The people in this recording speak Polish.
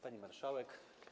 Pani Marszałek!